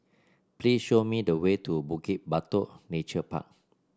please show me the way to Bukit Batok Nature Park